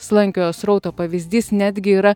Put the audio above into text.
slankiojo srauto pavyzdys netgi yra